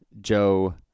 Joe